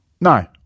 No